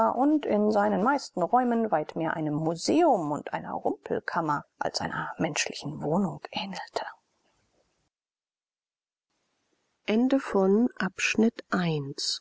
und in seinen meisten räumen weit mehr einem museum und einer rumpelkammer als einer menschlichen wohnung ähnelte